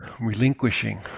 Relinquishing